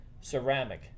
ceramic